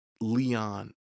Leon